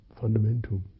fundamental